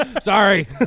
sorry